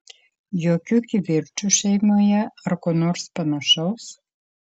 jokių kivirčų šeimoje ar ko nors panašaus